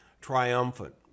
triumphant